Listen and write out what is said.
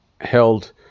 held